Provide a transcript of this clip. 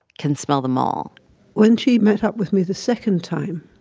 can smell them all when she met up with me the second time,